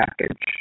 package